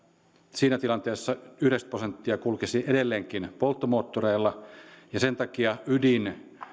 siinä tilanteessa yhdeksänkymmentä prosenttia kulkisi edelleenkin polttomoottoreilla ja sen takia ydin